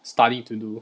study to do